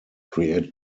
create